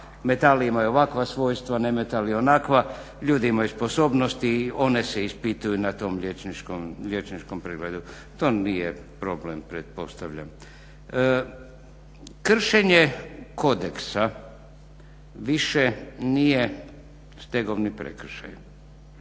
Metali imaju ovakva svojstva, nemetali onakva, ljudi imaju sposobnosti i one se ispituju na tom liječničkom pregledu. To nije problem pretpostavljam. Kršenje kodeksa više nije stegovni prekršaj.